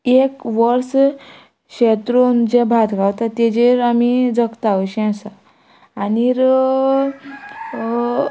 एक वर्स शेत रोवन जे भात गावता तेजेर आमी जगता अशें आसा आनीर